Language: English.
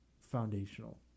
foundational